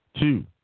two